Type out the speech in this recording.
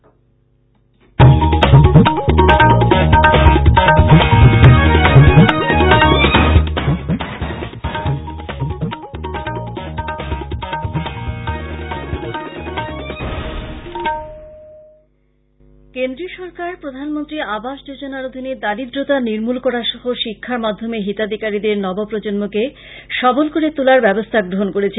বিস্তারিত খবর কেন্দ্রীয় সরকার প্রধানমন্ত্রী আবাস যোজনার অধীনে দারিদ্রতা নির্মল করা সহ শিক্ষার মাধ্যমে হিতাধীকারীদের নবপ্রজন্মকে সবল করে তোলার ব্যবস্থা গ্রহন করেছে